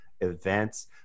events